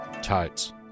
Totes